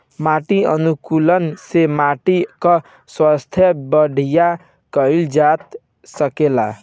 माटी अनुकूलक से माटी कअ स्वास्थ्य बढ़िया कइल जा सकेला